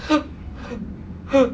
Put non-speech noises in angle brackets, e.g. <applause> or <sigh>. <breath>